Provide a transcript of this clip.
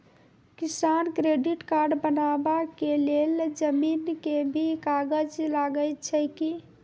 किसान credit card बनबा के लेल जमीन के भी कागज लागै छै कि?